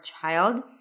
child